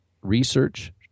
research